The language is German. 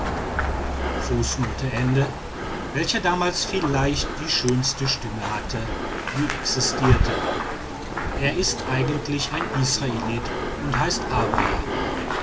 welcher damals vielleicht die schönste stimme hatte die existierte er ist eigentlich ein israelit und heißt abraham